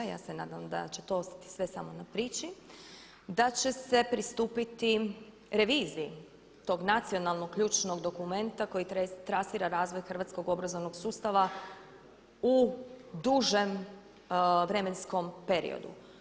Ja se nadam da će to ostati sve samo na priči, da će se pristupiti reviziji tok nacionalnog ključnog dokumenta koji trasira razvoj hrvatskog obrazovnog sustava u dužem vremenskom periodu.